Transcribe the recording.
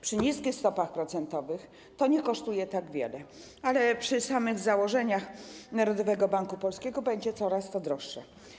Przy niskich stopach procentowych to nie kosztuje tak wiele, ale zgodnie z założeniami Narodowego Banku Polskiego będzie to coraz droższe.